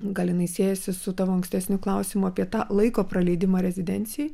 gal jinai siejasi su tavo ankstesniu klausimu apie tą laiko praleidimą rezidencijoj